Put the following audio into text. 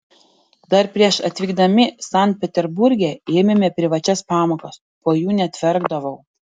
dar prieš atvykdami sankt peterburge ėmėme privačias pamokas po jų net verkdavau